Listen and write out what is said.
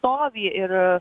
stovį ir